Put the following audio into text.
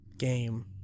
game